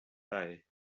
day